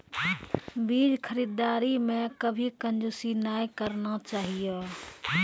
बीज खरीददारी मॅ कभी कंजूसी नाय करना चाहियो